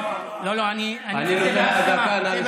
אני נותן לך דקה, נא לסיים.